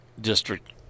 district